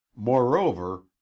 moreover